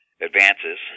advances